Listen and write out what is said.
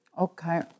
Okay